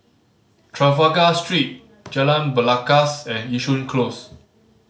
Trafalgar Street Jalan Belangkas and Yishun Close